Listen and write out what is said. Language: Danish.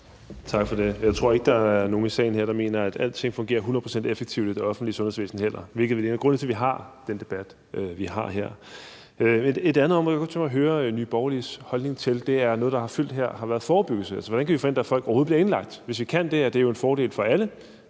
Tak for det. Jeg tror heller ikke, der er nogen i salen her, der mener, at alting fungerer hundrede procent effektivt i det offentlige sundhedsvæsen, hvilket er en af grundene til, at vi har den debat, vi har her. Et andet område, som jeg godt kunne tænke mig at høre Nye Borgerliges holdning til, er noget, der har fyldt her, nemlig forebyggelse. Altså, hvordan kan vi forhindre, at folk overhovedet bliver indlagt? Hvis vi kan det, er det jo en fordel for alle,